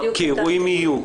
כי אירועים יהיו.